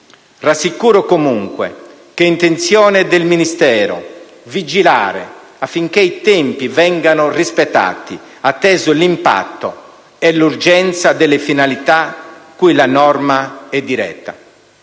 Rassicuro, comunque, che è intenzione del Ministero vigilare affinché i tempi vengano rispettati, atteso l'impatto e l'urgenza delle finalità cui la norma è diretta.